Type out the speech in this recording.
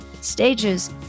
stages